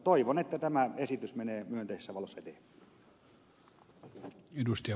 toivon että tämä esitys menee myönteisessä valossa eteenpäin